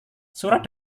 surat